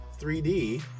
3D